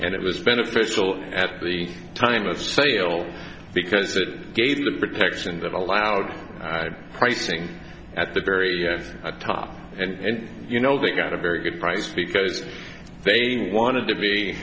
and it was beneficial at the time of sale because it gave the protection that allowed pricing at the very top and you know they got a very good price because they wanted to be